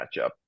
matchup